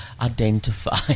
identify